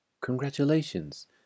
Congratulations